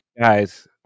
guys